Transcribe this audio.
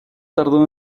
tardó